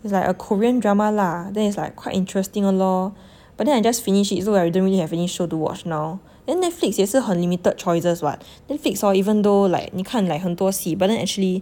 it's like a korean drama lah then is like quite interesting lor but then I just finish it look I don't really have any show watch now in Netflix 也是很 limited choices [what] Netflix hor even though like 你看 like 很多戏 but then actually